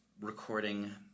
recording